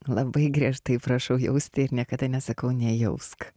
labai griežtai prašau jausti ir niekada nesakau nejausk